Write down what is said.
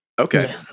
Okay